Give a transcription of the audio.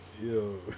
Yo